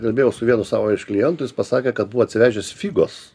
kalbėjau su vienu savo iš klientų jis pasakė kad buvo atsivežęs figos